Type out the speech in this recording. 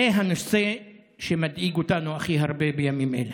זה הנושא שמדאיג אותנו הכי הרבה בימים אלה.